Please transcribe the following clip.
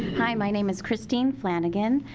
hi my name is christine flanagan.